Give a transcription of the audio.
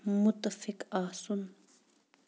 مُتفِق آسُن